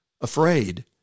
afraid